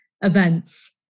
events